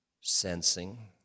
sensing